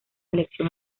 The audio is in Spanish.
elección